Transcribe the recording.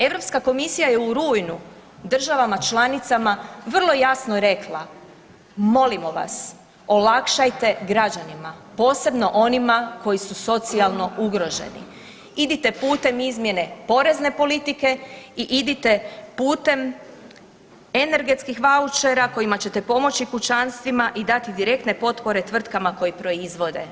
Europska komisija je u rujnu državama članicama vrlo jasno rekla, molimo vas olakšajte građanima, posebno onima koji su socijalno ugroženi, idite putem izmjene porezne politike i idite putem energetskih vaučera kojima ćete pomoći kućanstvima i dati direktne potpore tvrtkama koje proizvode.